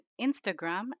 Instagram